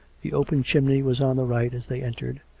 the open chimney was on the right as they entered,